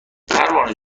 پروانه